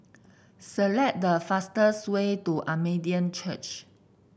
select the fastest way to Armenian Church